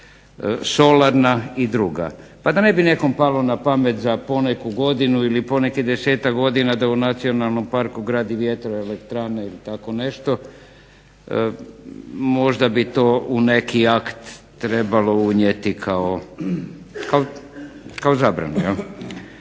Solarna i druga. Pa da ne bi nekom palo na pamet za poneku godinu ili ponekih desetak godina da u nacionalnom parku gradi vjetroelektrane ili tako nešto možda bi to u neki akt trebalo unijeti kao zabranu